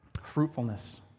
Fruitfulness